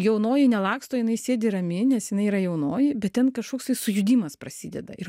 jaunoji nelaksto jinai sėdi rami nes jinai yra jaunoji bet ten kažkoks tai sujudimas prasideda ir